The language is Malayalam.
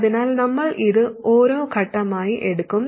അതിനാൽ നമ്മൾ ഇത് ഓരോ ഘട്ടമായി എടുക്കും